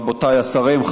רבותיי השרים,